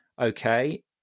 okay